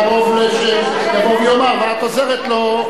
ואת עוזרת לו.